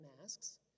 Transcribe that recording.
masks